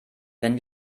wenn